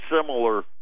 similar